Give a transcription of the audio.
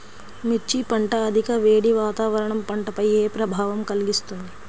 మిర్చి పంట అధిక వేడి వాతావరణం పంటపై ఏ ప్రభావం కలిగిస్తుంది?